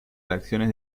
reacciones